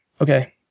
Okay